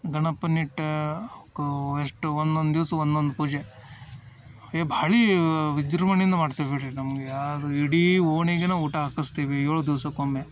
ಗಣಪನ್ನ ಇಟ್ಟು ಕೋ ಎಷ್ಟು ಒನ್ನೊಂದು ದಿವ್ಸ ಒನ್ನೊಂದು ಪೂಜೆ ಏ ಭಾಳ ವಿಜೃಂಭಣೆಯಿಂದ ಮಾಡ್ತೀವಿ ಬಿಡ್ರಿ ನಮಗೆ ಯಾರು ಇಡೀ ಓಣಿಗೆನೇ ಊಟ ಹಾಕಸ್ತೀವಿ ಏಳು ದಿವಸಕ್ಕೊಮ್ಮೆ